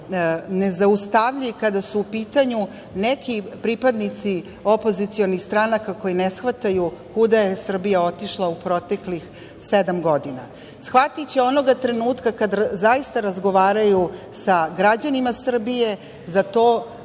nezaustavljiv kada su u pitanju neki pripadnici opozicionih stranaka koji ne shvataju kuda je Srbija otišla u proteklih sedam godina. Shvatiće onoga trenutka kada zaista razgovaraju sa građanima Srbije za to